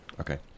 Okay